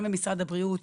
גם במשרד הבריאות.